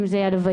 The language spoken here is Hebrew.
אם זה לוויות.